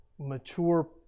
mature